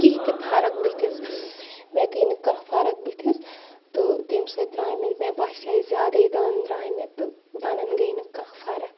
کیٚنٛہہ تہِ فرق بٕتھِس مےٚ گٔے نہٕ کانٛہہ فرق بٕتھِس تہٕ تَمہِ سۭتۍ درٛاے مےٚ مےٚ باسے زیادَے دان درٛاے مےٚ تہٕ دانَن گٔے نہٕ کانٛہہ فرق